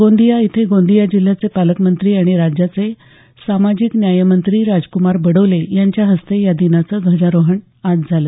गोंदिया इथे गोंदिया जिल्ह्याचे पालकमंत्री आणि राज्याचे सामाजिक न्यायमंत्री राजक्मार बडोले यांच्या हस्ते या दिनाचं ध्वजारोहण आज झालं